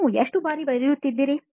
ನೀವು ಎಷ್ಟು ಬಾರಿ ಬರೆಯುತ್ತೀರಿ